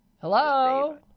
Hello